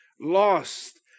lost